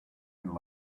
and